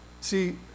See